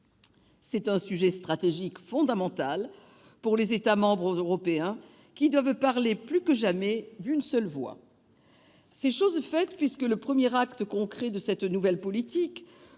C'est un sujet stratégique fondamental pour les États membres européens, qui doivent plus que jamais parler d'une seule voix. C'est chose faite puisque le premier acte concret de cette nouvelle politique